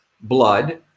blood